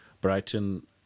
Brighton